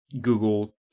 Google